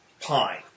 pine